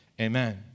Amen